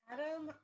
Adam